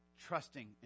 trusting